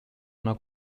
una